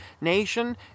nation